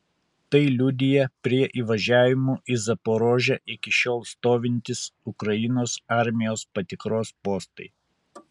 tai liudija prie įvažiavimų į zaporožę iki šiol stovintys ukrainos armijos patikros postai